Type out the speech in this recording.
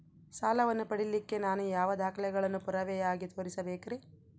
ಸಾಲವನ್ನು ಪಡಿಲಿಕ್ಕೆ ನಾನು ಯಾವ ದಾಖಲೆಗಳನ್ನು ಪುರಾವೆಯಾಗಿ ತೋರಿಸಬೇಕ್ರಿ?